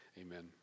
Amen